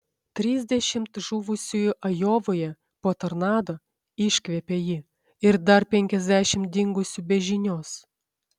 trisdešimt žuvusiųjų ajovoje po tornado iškvepia ji ir dar penkiasdešimt dingusių be žinios